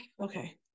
okay